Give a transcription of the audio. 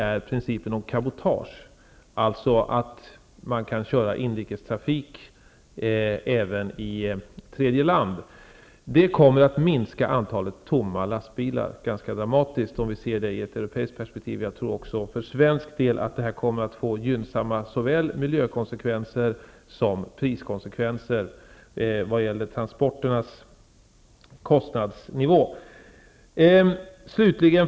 Man har börjat tillämpa principen om cabotage, dvs. att inrikestrafik kan köras även i tredje land, vilket kommer att minska antalet tomma lastbilar ganska dramatiskt, om vi ser det i ett europeiskt perspektiv. För svensk del kommer detta att medföra såväl gynnsamma miljökonsekvenser som gynnsamma konsekvenser för transporternas kostnadsnivå. Fru talman!